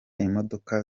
imodoka